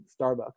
Starbucks